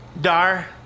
Dar